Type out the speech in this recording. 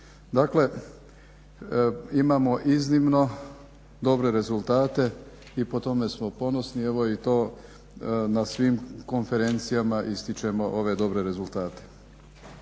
Dakle, imamo iznimno dobre rezultate i po tome smo ponosni evo i to na svim konferencijama ističemo ove dobre rezultate.